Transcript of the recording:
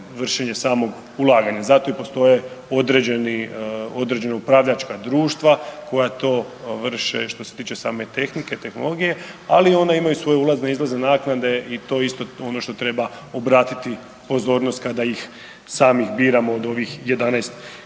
vršenje samog ulaganja. Zato i postoje određeni, određena upravljačka društva koja to vrše i što se tiče same tehnike i tehnologije, ali ona imaju svoje ulazne i izlazne naknade i to je isto ono što treba obratiti pozornost kada ih sami biramo od ovih 11 koji